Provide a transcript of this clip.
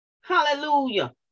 Hallelujah